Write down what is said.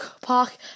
Park